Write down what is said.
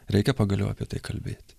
reikia pagaliau apie tai kalbėti